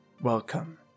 Welcome